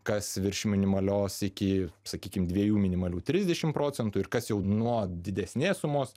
kas virš minimalios iki sakykim dviejų minimalių trisdešim procentų ir kas jau nuo didesnės sumos